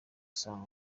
saa